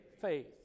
faith